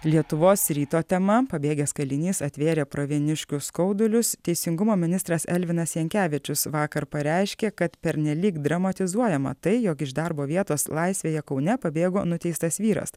lietuvos ryto tema pabėgęs kalinys atvėrė pravieniškių skaudulius teisingumo ministras elvinas jankevičius vakar pareiškė kad pernelyg dramatizuojama tai jog iš darbo vietos laisvėje kaune pabėgo nuteistas vyras